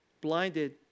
Blinded